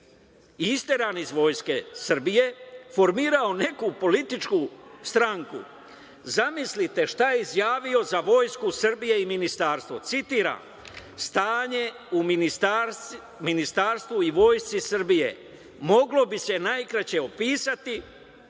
isteran iz Vojske Srbije, formirao je neku političku stranku. Zamislite šta je izjavio za Vojsku Srbije i Ministarstvo. Citiram: „Stanje u Ministarstvu i Vojsci Srbije moglo bi se najkraće opisati